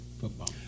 football